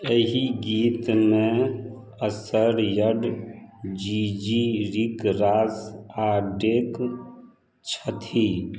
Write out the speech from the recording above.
एहि गीतमे अशर यड जी जी रिक रॉस आ ड्रेक छथि